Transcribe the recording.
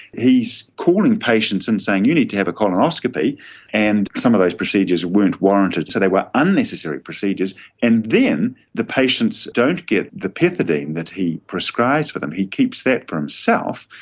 he's calling patients and saying you need to have a colonoscopy and some of those procedures weren't warranted, so they were unnecessary procedures and then the patients don't get the pethidine that he prescribes for them, he keeps that for himself,